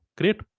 great